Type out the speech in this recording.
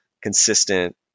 consistent